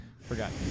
Forgot